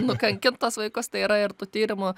nukankint tuos vaikus tai yra ir tų tyrimų